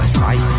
fight